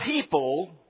people